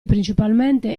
principalmente